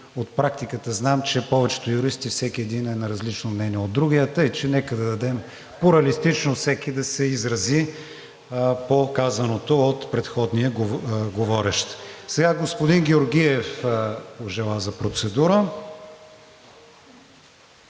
от практиката знам, че при повечето юристи всеки един е на различно мнение от другия, така че нека да дадем плуралистично всеки да се изрази по казаното от предходния говорещ. Господин Георгиев пожела процедура.